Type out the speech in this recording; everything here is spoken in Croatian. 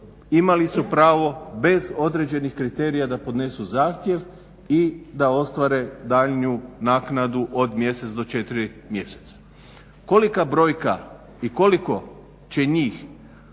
imali su pravo bez određenih kriterija da podnesu zahtjev i da ostvare daljnju naknadu od mjesec do 4 mjeseca. Kolika brojka i koliko će njih